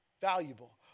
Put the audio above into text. valuable